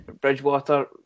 Bridgewater